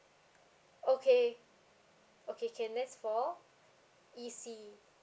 okay okay can that's for E_C